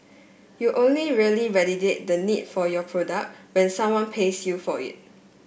you only really validate the need for your product when someone pays you for it